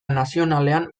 nazionalean